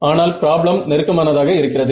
ஆனால் பிராப்ளம் நெருக்கமானதாக இருக்கிறது